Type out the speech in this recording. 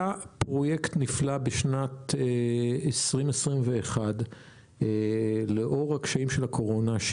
היה פרויקט נפלא בשנת 2021 לאור קשיי הקורונה,